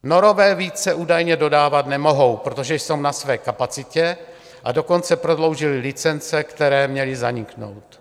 Norové více údajně dodávat nemohou, protože jsou na své kapacitě, a dokonce prodloužili licence, které měly zaniknout.